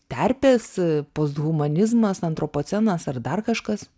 terpės posthumanizmas antropocenas ar dar kažkas